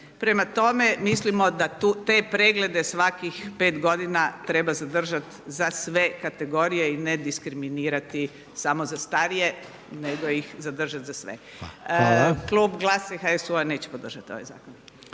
Prema tome mislimo da te preglede svakih 5 godina treba zadržati za sve kategorije i ne diskriminirati samo za starije, nego ih zadržati za sve. … /Upadica Reiner: Hvala./…